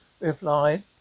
replied